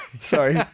sorry